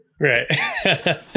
Right